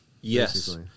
Yes